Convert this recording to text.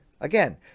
again